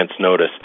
notice